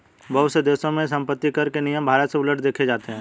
बहुत से देशों में सम्पत्तिकर के नियम भारत से उलट देखे जाते हैं